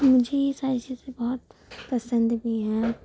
مجھے یہ ساری چیزیں بہت پسند بھی ہیں